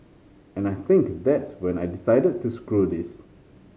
and I think that's when I decided to screw this